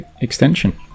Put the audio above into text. extension